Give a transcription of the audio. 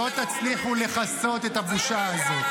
לא תצליחו לכסות את הבושה הזאת.